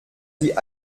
die